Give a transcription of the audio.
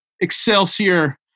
Excelsior